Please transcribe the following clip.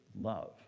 love